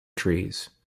trees